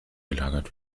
gelagert